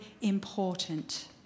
important